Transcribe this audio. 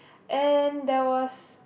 and there was